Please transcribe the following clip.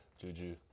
juju